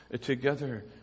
together